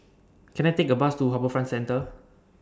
Can I Take A Bus to HarbourFront Centre